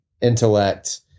intellect